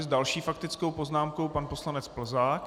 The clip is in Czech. S další faktickou poznámkou pan poslanec Plzák.